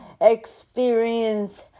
experience